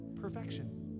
perfection